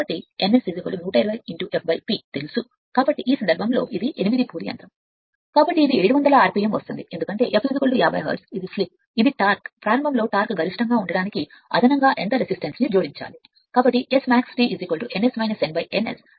కాబట్టి n S 120 f P తెలుసు కాబట్టి ఈ సందర్భంలో ఇది 8 పోల్ యంత్రం కాబట్టి ఇది 750 rpm వస్తోంది ఎందుకంటే f 50 హెర్ట్జ్ స్లిప్ ఇది టార్క్ దీని కోసం స్లిప్ ఏ స్లిప్ కోసం గరిష్టంగా ఉంటుంది కాబట్టి Smax T ns n ns